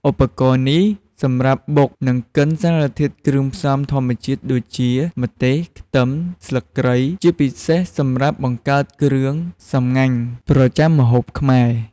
ឧបករណ៍នេះសម្រាប់បុក និងកិនសារធាតុគ្រឿងផ្សំធម្មជាតិ ដូចជាម្ទេស ខ្ទឹម ស្លឹកគ្រៃ ជាពិសេសសម្រាប់បង្កើតគ្រឿងសម្ងាញ់ប្រចាំម្ហូបខ្មែរ។